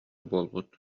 буолбут